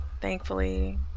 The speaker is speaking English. thankfully